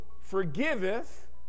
forgiveth